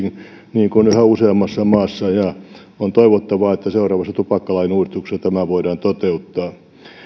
niin kuin on tehty yhä useammassa maassa on toivottavaa että seuraavassa tupakkalain uudistuksessa tämä voidaan toteuttaa